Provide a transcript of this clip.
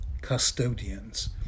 custodians